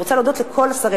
אני רוצה להודות לכל השרים.